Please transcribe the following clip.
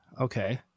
Okay